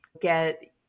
get